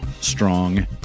strong